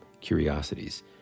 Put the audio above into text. curiosities